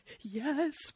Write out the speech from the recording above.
yes